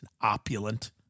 opulent